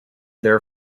their